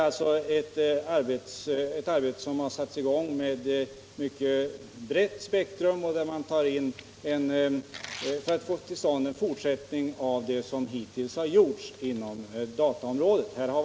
Uppgiften är att fortsätta och fullfölja det arbete som hittills har utförts inom dataområdet.